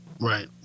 Right